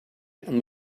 and